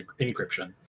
encryption